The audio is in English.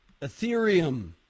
Ethereum